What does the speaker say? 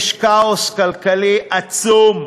יש כאוס כלכלי עצום,